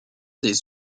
des